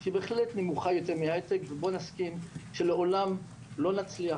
שהיא בהחלט נמוכה יותר מבהייטק ובוא נסכים שלעולם לא נצליח,